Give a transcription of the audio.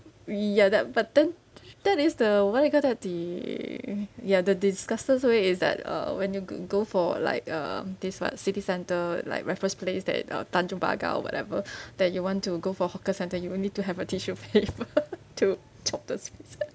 ya that but then that is the what do you call that the ya the disgusted way is that uh when you g~ go for like uh this one city centre like raffles place that uh tanjong pagar or whatever that you want to go for hawker centre you will need to have a tissue paper to chop the place first